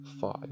five